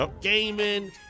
gaming